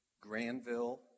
Granville